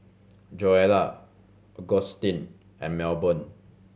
Joella Augustin and Melbourne